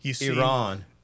Iran